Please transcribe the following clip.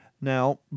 Now